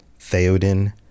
Theoden